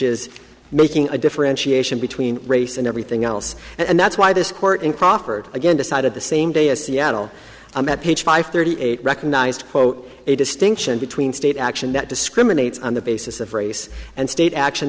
is making a differentiation between race and everything else and that's why this court in crawford again decided the same day as seattle page five thirty eight recognized a distinction between state action that discriminates on the basis of race and state action